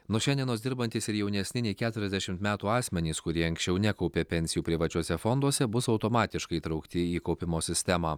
nuo šiandienos dirbantys ir jaunesni nei keturiasdešimt metų asmenys kurie anksčiau nekaupė pensijų privačiuose fonduose bus automatiškai įtraukti į kaupimo sistemą